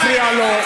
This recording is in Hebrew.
נא לא להפריע לו,